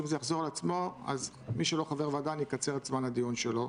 אם זה יחזור על עצמו אז מי שלא חבר ועדה אני אקצר את זמן הדיון שלו.